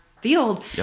field